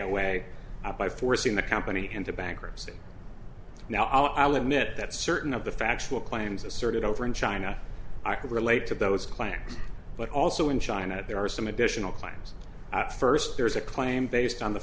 way by forcing the company into bankruptcy now i'll admit that certain of the factual claims asserted over in china i could relate to those claims but also in china there are some additional claims first there is a claim based on the